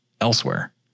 elsewhere